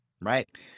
right